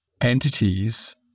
entities